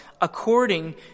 according